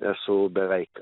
esu beveik